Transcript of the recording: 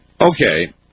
Okay